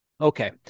okay